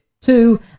two